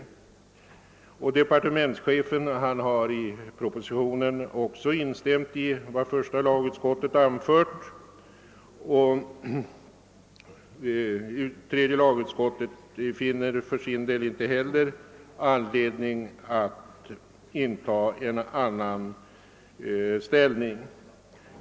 Departementschefen har i propositionen också instämt i vad första lagutskottet anfört, och tredje lagutskottet finner för sin del inte anledning att inta en annan ståndpunkt.